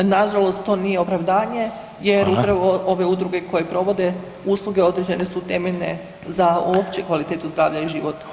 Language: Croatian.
Nažalost to nije opravdanje [[Upadica: Hvala.]] jer upravo ove udruge koje provode usluge određene su temeljne za opće kvalitetu zdravlja i života osoba